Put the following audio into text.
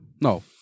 No